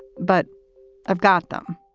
but i've got them